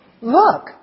Look